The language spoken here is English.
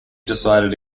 decided